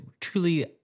truly